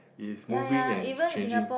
is moving and changing